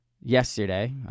yesterday